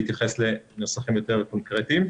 להתייחס לנוסחים יותר קונקרטיים.